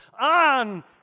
on